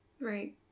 Right